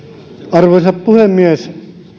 arvoisa puhemies